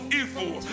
evil